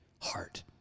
heart